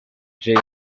jay